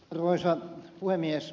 arvoisa puhemies